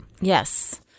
Yes